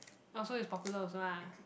oh so it's popular also ah